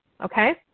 okay